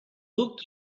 book